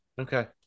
Okay